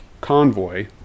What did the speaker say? convoy